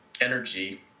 energy